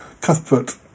Cuthbert